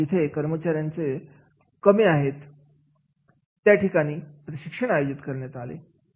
आणि जिथे कर्मचाऱ्यांना कमी कोण आहे त्या ठिकाणी प्रशिक्षण कार्यक्रम आयोजित करण्यात आले